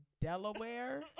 Delaware